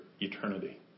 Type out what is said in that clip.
eternity